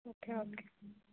okay okay